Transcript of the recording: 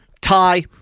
Tie